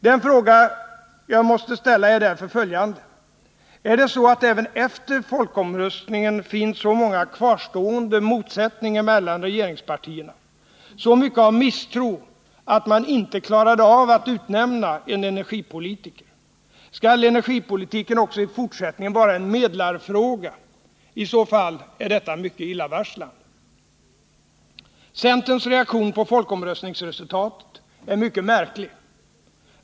Den fråga som jag måste ställa är därför följande. Är det så, att det även efter folkomröstningen finns så många kvarstående motsättningar mellan regeringspartierna, så mycket av misstro att man inte klarade av att utnämna en energipolitiker? Skall energipolitiken också i fortsättningen vara en medlarfråga? I så fall är detta mycket illavarslande. Centerns reaktion på folkomröstningsresultatet är mycket märklig.